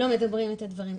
לא מדברים את הדברים,